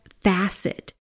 facet